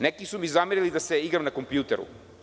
Neki su mi zamerili da se igram na kompjuteru.